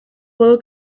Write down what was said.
puedo